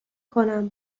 کنم